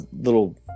little